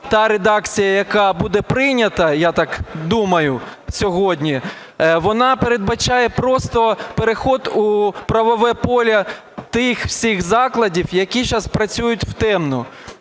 та редакція, яка буде прийнята, я так думаю, сьогодні, вона передбачає просто перехід у правове поле тих всіх закладів, які зараз працюють у темну.